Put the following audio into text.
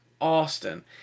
Austin